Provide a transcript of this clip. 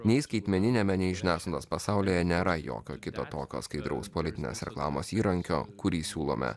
nei skaitmeniniame nei žiniasanos pasaulyje nėra jokio kito tokio skaidraus politinės reklamos įrankio kurį siūlome